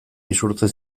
isurtzen